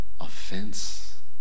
offense